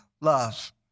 love